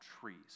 trees